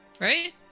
Right